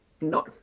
no